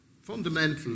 fundamental